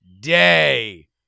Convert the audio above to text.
Day